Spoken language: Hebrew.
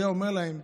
והיה אומר להם: